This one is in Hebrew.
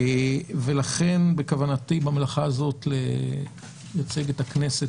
ולכן בכוונתי במלאכה הזאת לייצג את הכנסת,